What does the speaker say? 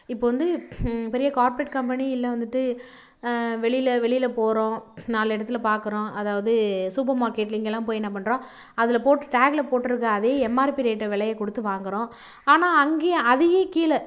இப்போது வந்து பெரிய கார்ப்ரேட் கம்பெனி இல்லை வந்துட்டு வெளியில் வெளியில் போகிறோம் நாலு இடத்துல பார்க்கறோம் அதாவது சூப்பர் மார்க்கெட்டில் இங்கேல்லாம் போய் என்ன பண்றோம் அதில் போட்டு டேகில் போட்டிருக்க அதே எம்ஆர்பி ரேட்டு விலைய கொடுத்து வாங்கறோம் ஆனால் அங்கேயே அதையே கீழே